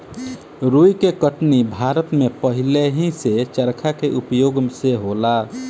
रुई के कटनी भारत में पहिलेही से चरखा के उपयोग से होला